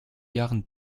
jahren